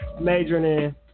majoring